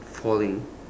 falling